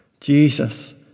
Jesus